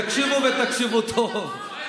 תקשיבו, ותקשיבו טוב.